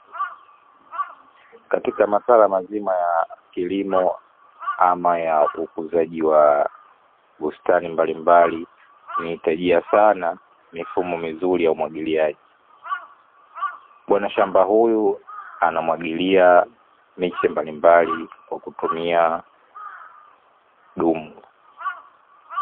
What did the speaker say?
Katika maswala mazima ya kilimo ama ya ukuzaji wa bustani mbalimbali, inahitajika sana mifumo mizuri ya umwagiliaji. Bwana shamba huyu anamwagilia miche mbalimbali kwa kutumia dumu.